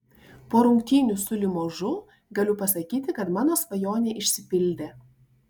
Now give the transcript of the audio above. po rungtynių su limožu galiu pasakyti kad mano svajonė išsipildė